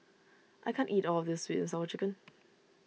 I can't eat all of this Sweet and Sour Chicken